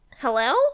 Hello